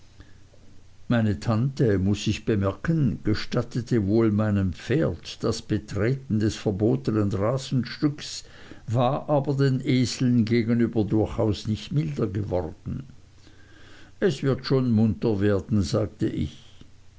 meine tante muß ich bemerken gestattete wohl meinem pferde das betreten des verbotnen rasenstücks war aber den eseln gegenüber durchaus nicht milder geworden es wird schon munter werden sagte ich